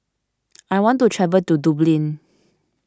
I want to travel to Dublin